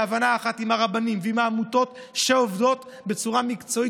בהבנה אחת עם הרבנים ועם העמותות שעובדות בצורה מקצועית,